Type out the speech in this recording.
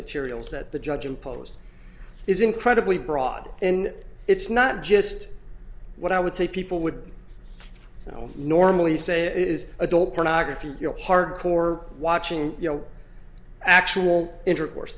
materials that the judge imposed is incredibly broad and it's not just what i would say people would normally say it is adult pornography hardcore watching you know actual intercourse